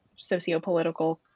sociopolitical